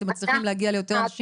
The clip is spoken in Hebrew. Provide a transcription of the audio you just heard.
אתם מצליחים להגיע ליותר?